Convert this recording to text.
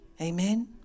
Amen